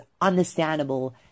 understandable